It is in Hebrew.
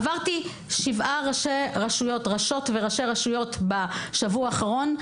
עברתי שבעה ראשות וראשי רשויות בשבוע האחרון,